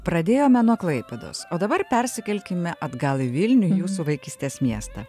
pradėjome nuo klaipėdos o dabar persikelkime atgal į vilnių į jūsų vaikystės miestą